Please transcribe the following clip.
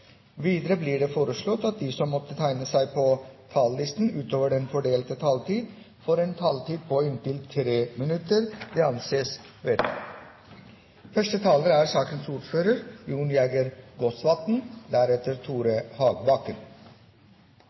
Videre blir det foreslått at de som måtte tegne seg på talerlisten utover den fordelte taletid, får en taletid på inntil 3 minutter. – Det anses vedtatt. Første taler er Sonja Mandt, på vegne av sakens ordfører,